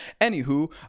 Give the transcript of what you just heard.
Anywho